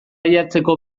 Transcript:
jartzeko